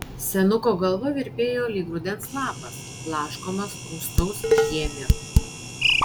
senuko galva virpėjo lyg rudens lapas blaškomas rūstaus žiemio